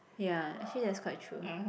ya actually that's quite true